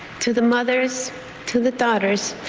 to the mothers to the daughters.